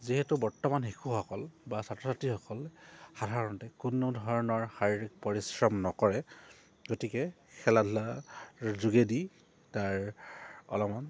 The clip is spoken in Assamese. যিহেতু বৰ্তমান শিশুসকল বা ছাত্ৰ ছাত্ৰীসকল সাধাৰণতে কোনো ধৰণৰ শাৰীৰিক পৰিশ্ৰম নকৰে গতিকে খেলা ধূলাৰ যোগেদি তাৰ অলপমান